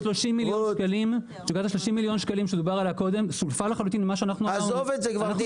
סוגיית 30 מיליון השקלים שדובר עליה קודם -- עזוב את זה כבר.